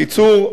בקיצור,